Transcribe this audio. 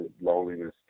loneliness